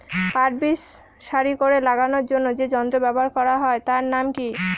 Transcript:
পাট বীজ সারি করে লাগানোর জন্য যে যন্ত্র ব্যবহার হয় তার নাম কি?